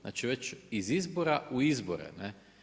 Znači već iz izbora u izbore, ne.